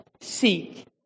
seek